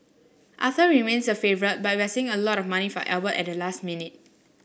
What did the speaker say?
Arthur remains the favourite but we're seeing a lot of money for Albert at the last minute